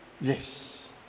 yes